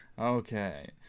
Okay